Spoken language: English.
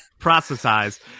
Processize